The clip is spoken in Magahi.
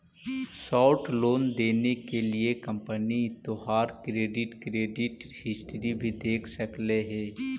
शॉर्ट लोन देने के लिए कंपनी तोहार क्रेडिट क्रेडिट हिस्ट्री भी देख सकलउ हे